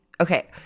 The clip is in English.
okay